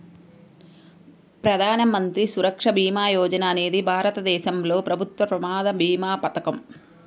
ప్రధాన మంత్రి సురక్ష భీమా యోజన అనేది భారతదేశంలో ప్రభుత్వ ప్రమాద భీమా పథకం